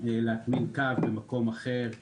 להטמין קו במקום אחר,